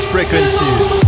Frequencies